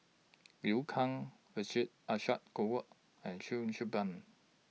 Liu Kang Vijesh Ashok Ghariwala and Cheo Kim Ban